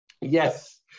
Yes